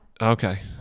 Okay